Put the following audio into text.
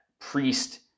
priest